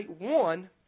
one